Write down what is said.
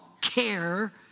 care